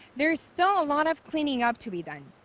there is still a lot of clearning up to be done.